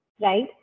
right